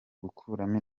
gukuramo